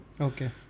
Okay